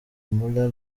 müller